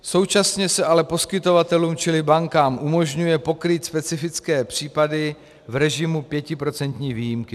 Současně se ale poskytovatelům, čili bankám, umožňuje pokrýt specifické případy v režimu 5% výjimky.